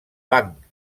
banc